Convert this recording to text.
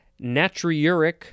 natriuretic